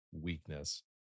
weakness